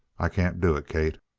i can't do it, kate.